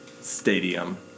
stadium